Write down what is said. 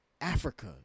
Africa